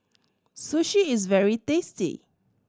sushi is very tasty